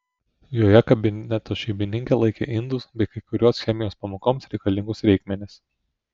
joje kabineto šeimininkė laikė indus bei kai kuriuos chemijos pamokoms reikalingus reikmenis